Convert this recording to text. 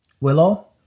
Willow